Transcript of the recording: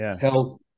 health